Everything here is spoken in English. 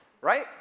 Right